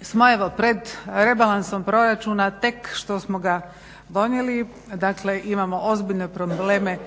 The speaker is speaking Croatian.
smo evo pred rebalansom proračuna tek što smo ga donijeli, dakle imamo ozbiljne probleme